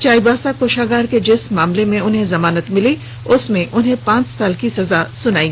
चाईबासा कोषागार के जिस मामले में उन्हें जमानत मिली है उसमें उन्हें पांच साल की सजा सुनाई गई है